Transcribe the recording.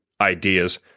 ideas